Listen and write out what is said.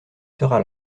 sera